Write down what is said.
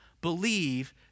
believe